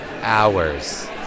hours